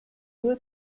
nur